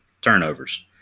turnovers